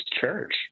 church